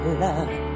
love